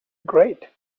great